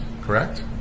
correct